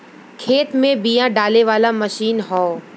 खेत में बिया डाले वाला मशीन हौ